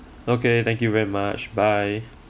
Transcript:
okay thank you very much bye